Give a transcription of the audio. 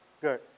Good